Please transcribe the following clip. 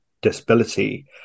disability